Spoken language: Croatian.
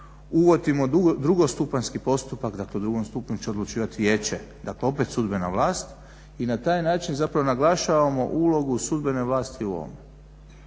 uvodimo drugostupanjski postupak, dakle u drugom stupnju će odlučivat Vijeće, dakle opet sudbena vlast i na taj način zapravo naglašavamo ulogu sudbene vlasti u ovome.